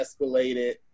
escalated